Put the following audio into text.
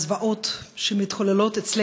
אני מפעיל את ההצבעה על מנת שתוכלו להירשם,